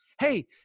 Hey